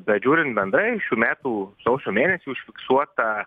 bet žiūrint bendrai šių metų sausio mėnesį užfiksuota